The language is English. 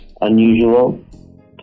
unusual